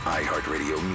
iHeartRadio